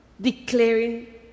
declaring